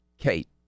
Kate